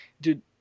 dude